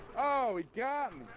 ah it can